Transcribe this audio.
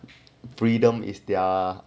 freedom is their